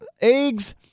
eggs